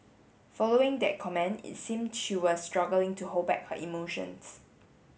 following that comment it seem she was struggling to hold back her emotions